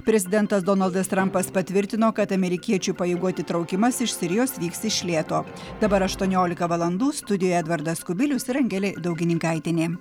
prezidentas donaldas trampas patvirtino kad amerikiečių pajėgų atitraukimas iš sirijos vyks iš lėto dabar aštuoniolika valandų studijoje edvardas kubilius ir angelė daugininkaitienė